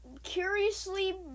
Curiously